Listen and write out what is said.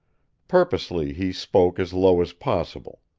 purposely he spoke as low as possible.